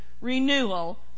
renewal